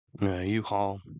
U-Haul